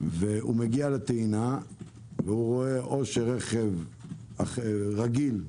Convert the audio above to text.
מגיע לטעינה והוא רואה שרכב רגיל,